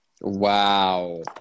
Wow